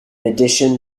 addition